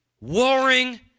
warring